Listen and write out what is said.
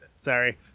Sorry